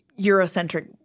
Eurocentric